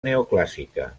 neoclàssica